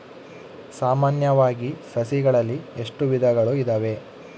ಸಾಮಾನ್ಯವಾಗಿ ಸಸಿಗಳಲ್ಲಿ ಎಷ್ಟು ವಿಧಗಳು ಇದಾವೆ?